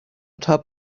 top